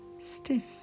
stiff